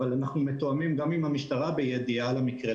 אבל אנחנו מתואמים גם עם המשטרה בידיעה על המקרה.